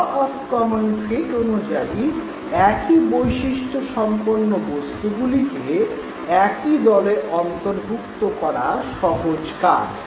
law of common fate অনুযায়ী একই বৈশিষ্ট্যসম্পন্ন বস্তুগুলিকে একই দলে অন্তর্ভূক্ত করা সহজ কাজ